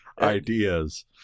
ideas